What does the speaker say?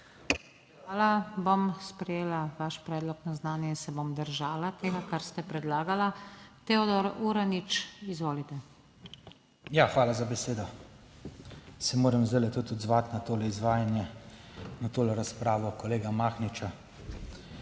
Hvala. Bom sprejela vaš predlog na znanje in se bom držala tega, kar ste predlagala. Teodor Uranič, izvolite. **TEODOR URANIČ (PS Svoboda):** Ja, hvala za besedo. Se moram zdaj tudi odzvati na to izvajanje, na to razpravo kolega Mahniča.